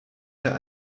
der